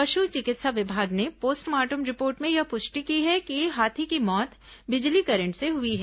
पशु चिकित्सा विभाग ने पोस्टमार्टम रिपोर्ट में यह पुष्टि की है कि हाथी की मौत बिजली करंट से हुई है